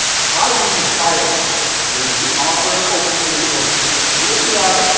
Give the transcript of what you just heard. try reading firefly where the author openly endorses pedophilia,